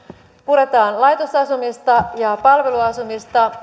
puretaan laitosasumista ja palveluasumista